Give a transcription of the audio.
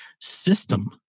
system